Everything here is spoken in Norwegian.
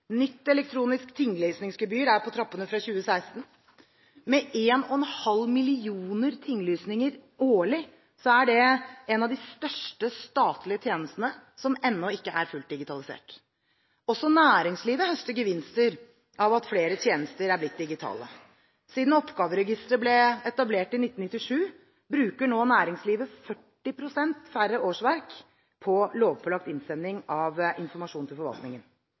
Nytt elektronisk tinglysingssystem er på trappene fra 2016. Med 1,5 millioner tinglysinger årlig er dette en av de største statlige tjenestene som ennå ikke er fullt digitalisert. Også næringslivet høster gevinster av at flere tjenester er blitt digitale. Siden Oppgaveregisteret ble etablert i 1997, bruker nå næringslivet 40 pst. færre årsverk på lovpålagt innsending av informasjon til forvaltningen.